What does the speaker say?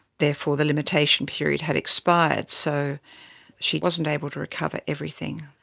therefore the limitation period had expired, so she wasn't able to recover everything.